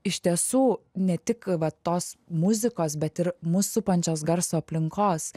iš tiesų ne tik va tos muzikos bet ir mus supančios garso aplinkos